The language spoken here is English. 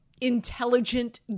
intelligent